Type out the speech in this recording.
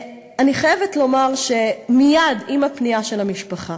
אני חייבת לומר שמייד עם הפנייה של המשפחה,